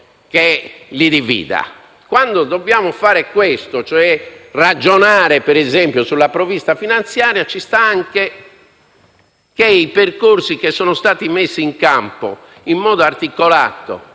che dividerli, quando dobbiamo fare questo, cioè ragionare, per esempio, sulla provvista finanziaria, ci sta anche che i percorsi messi in campo in modo articolato